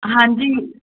ਹਾਂਜੀ